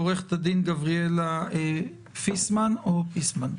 גבריאלה פיסמן,